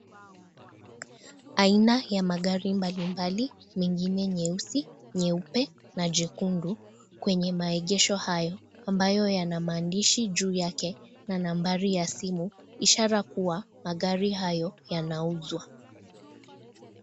Haina ya magari mbali mbali mengine nyeusi, nyeupe na nyekundu kwenye maegesho hayo, ambayo yana mandishi juu yake na nambari ya simu, ishara kua magari hayo yanauzwa.